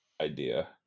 idea